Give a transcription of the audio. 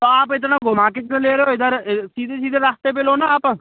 तो आप इतना घुमा के क्यों ले रहे हो इधर सीधे सीधे रास्ते पर लो ना आप